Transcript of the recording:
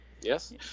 Yes